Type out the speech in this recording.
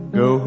go